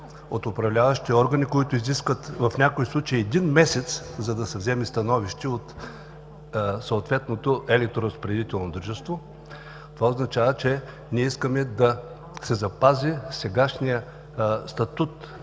от управляващите органи, които изискват в някои случаи един месец, за да се вземе становище от съответното електроразпределително дружество. Това означава, че ние искаме да се запази сегашният статут,